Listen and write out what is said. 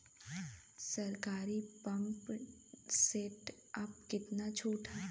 सरकारी pump set प कितना छूट हैं?